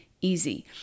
easy